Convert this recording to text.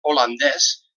holandès